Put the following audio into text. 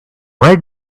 where